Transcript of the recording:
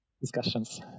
discussions